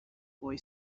boy